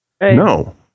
no